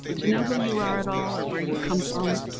to know who you are at all, or where you come from,